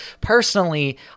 Personally